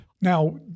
Now